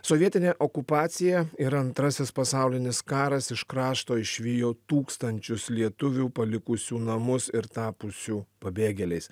sovietinė okupacija ir antrasis pasaulinis karas iš krašto išvijo tūkstančius lietuvių palikusių namus ir tapusių pabėgėliais